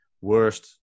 worst